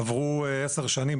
עברו 10 שנים.